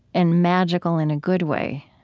and magical in a good way.